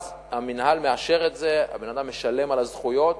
המינהל מאשר את זה, הבן-אדם משלם על הזכויות,